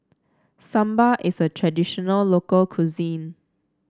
Sambar is a traditional local cuisine